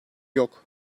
yok